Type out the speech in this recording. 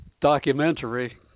documentary